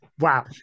Wow